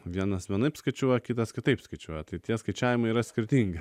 vienas vienaip skaičiuoja kitas kitaip skaičiuoja tai tie skaičiavimai yra skirtingi